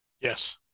Yes